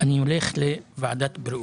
אני הולך לוועדת הבריאות.